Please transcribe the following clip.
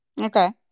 Okay